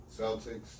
Celtics